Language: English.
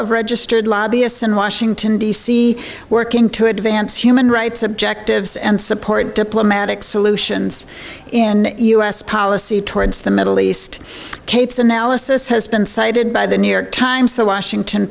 of registered lobbyists in washington d c working to advance human rights objectives and support diplomatic solutions in u s policy towards the middle east kate's analysis has been cited by the new york times the washington